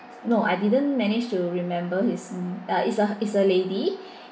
no I didn't manage to remember his mm uh is a is a lady